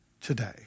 today